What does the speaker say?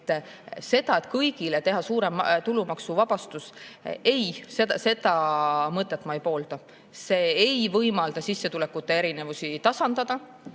Seda, et kõigile teha suurem tulumaksuvabastus? Ei, seda mõtet ma ei poolda. See ei võimalda sissetulekute erinevusi tasandada.